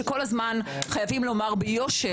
שכל הזמן חייבים לומר ביושר,